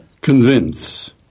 Convince